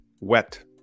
wet